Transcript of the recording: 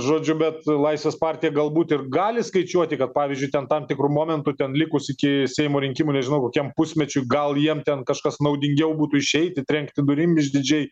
žodžiu bet laisvės partija galbūt ir gali skaičiuoti kad pavyzdžiui ten tam tikru momentu ten likus iki seimo rinkimų nežinau kokiam pusmečiui gal jiem ten kažkas naudingiau būtų išeiti trenkti durim išdidžiai